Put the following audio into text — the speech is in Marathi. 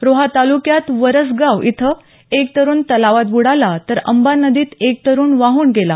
रोहा ताल्क्यात वरसगाव इथं एक तरूण तलावात बुडाला तर अंबा नदीत एक तरुण वाहून गेला